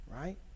right